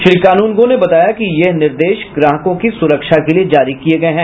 श्री कानूनगो ने बताया कि यह निर्देश ग्राहकों की सुरक्षा के लिए जारी किए गए हैं